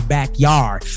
backyard